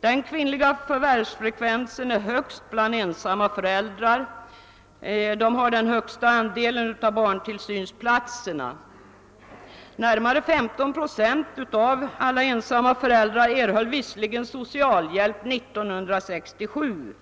Den kvinnliga förvärvsfrekvensen är högst bland ensamma föräldrar, och dessa har den största andelen av barntillsynsplatserna. Närmare 15 procent av alla ensamma föräldrar erhöll visserligen socialhjälp år 1967.